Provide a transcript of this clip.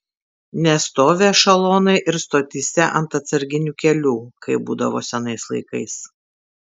nestovi ešelonai ir stotyse ant atsarginių kelių kaip būdavo senais laikais